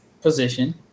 position